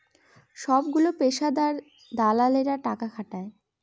সবগুলো পেশাদার দালালেরা টাকা খাটায়